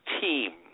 team